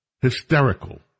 hysterical